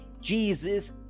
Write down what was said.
jesus